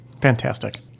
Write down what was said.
Fantastic